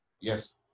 Yes